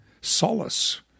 solace